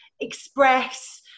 express